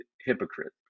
hypocrite